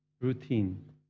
routine